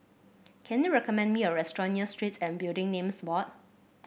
can you recommend me a restaurant near Street and Building Names Board